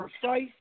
precise